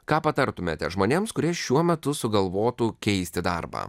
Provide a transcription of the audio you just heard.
ką patartumėte žmonėms kurie šiuo metu sugalvotų keisti darbą